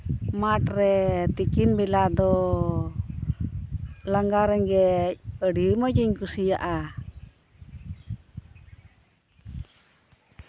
ᱢᱟᱴᱷ ᱨᱮ ᱛᱤᱠᱤᱱ ᱵᱮᱲᱟ ᱫᱚ ᱞᱟᱸᱜᱟ ᱨᱮᱸᱜᱮᱡ ᱟᱹᱰᱤ ᱢᱚᱡᱽ ᱤᱧ ᱠᱩᱥᱤᱭᱟᱜᱼᱟ